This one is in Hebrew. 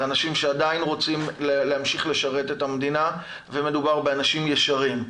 אלה אנשים שעדיין רוצים להמשיך לשרת את המדינה ומדובר באנשים ישרים,